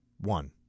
One